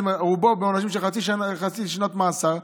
ובעצם רובם עונשים של חצי שנת מאסר,